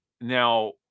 Now